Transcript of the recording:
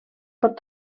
pot